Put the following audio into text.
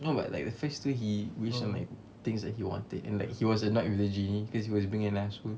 no but like the first two he wish on like things that he wanted and like he was annoyed with the genie cause he was being an asshole